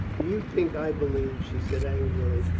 do you think i believed? she said angrily.